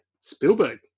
Spielberg